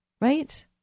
right